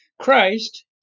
Christ